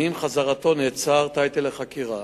ועם חזרתו נעצר לחקירה.